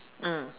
mm